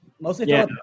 Mostly